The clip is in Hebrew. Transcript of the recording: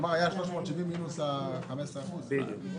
כלומר היה 370 שקל פחות 15%. בדיוק.